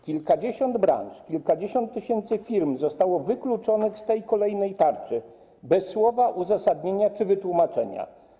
Kilkadziesiąt branż, kilkadziesiąt tysięcy firm zostało wykluczonych z tej kolejnej tarczy bez słowa uzasadnienia czy wytłumaczenia.